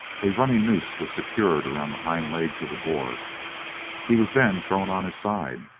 a running noose was secured round the hind legs of the boar he was then thrown on his side,